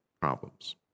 problems